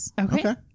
Okay